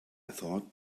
thought